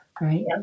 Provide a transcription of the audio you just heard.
right